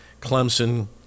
Clemson